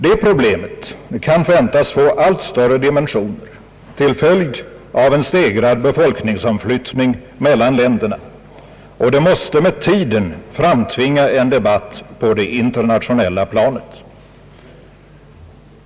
Det problemet kan väntas få allt större dimensioner till följd av en stegrad befolknir gsomflyttning mellan länderna. Det måste med tiden framtvinga en debatt på det internationella planet.